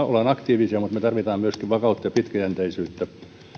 aktiivisia mutta me tarvitsemme myöskin vakautta ja pitkäjänteisyyttä